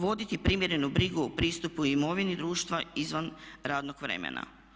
Voditi primjerenu brigu o pristupu imovini društva izvan radnog vremena.